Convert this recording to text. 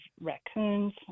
raccoons